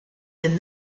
than